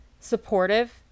supportive